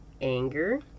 anger